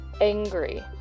angry